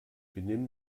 benimm